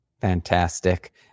Fantastic